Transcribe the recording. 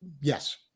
Yes